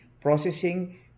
processing